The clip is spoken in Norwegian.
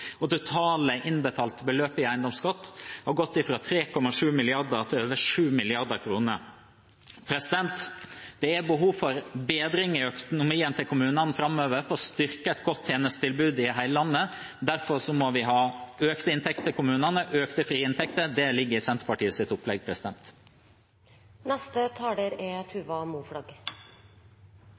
over 7 mrd. kr. Det er behov for bedring i økonomien til kommunene framover, for å styrke et godt tjenestetilbud i hele landet. Derfor må vi ha økte inntekter til kommunene, økte frie inntekter, og det ligger i Senterpartiets opplegg.